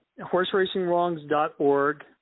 horseracingwrongs.org